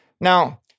Now